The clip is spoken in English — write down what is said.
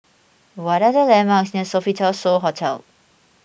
what are the landmarks near Sofitel So Hotel